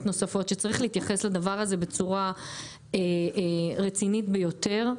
נוספות שצריך להתייחס לדבר הזה בצורה רצינית ביותר,